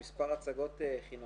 הסכנה היא שהן נשרו.